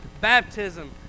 Baptism